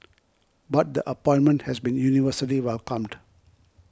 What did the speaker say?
but the appointment has been universally welcomed